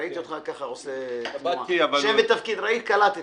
אני עמית סופר,